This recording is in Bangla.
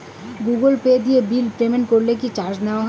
গুগল পে দিয়ে বিল পেমেন্ট করলে কি চার্জ নেওয়া হয়?